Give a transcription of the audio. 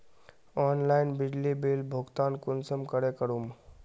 Online बिजली bill भुगतान कुंसम करे करूम?